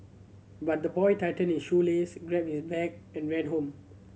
but the boy tightened his shoelaces grabbed his bag and ran home